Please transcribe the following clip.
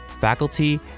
faculty